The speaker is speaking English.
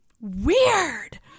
weird